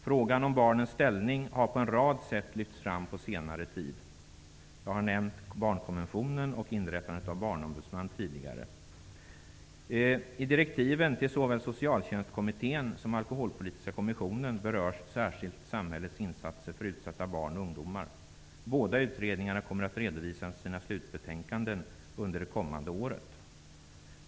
Frågan om barnens ställning har på en rad sätt lyfts fram på senare tid. Jag har tidigare nämnt barnkonventionen och inrättandet av en barnombudsman. I direktiven till såväl Socialtjänstkommittén som Alkoholpolitiska kommissionen berörs särskilt samhällets insatser för utsatta barn och ungdomar. Båda utredningarna kommer att redovisa sina slutbetänkanden under det kommande året.